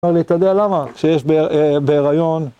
‫אמר לי, אתה יודע למה? ‫-שיש בהיריון...